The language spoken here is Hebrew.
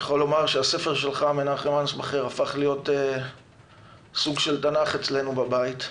הספר שלך הפך להיות סוג של תנ"ך אצלנו בבית.